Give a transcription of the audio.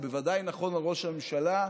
וזה בוודאי נכון על ראש הממשלה.